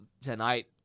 tonight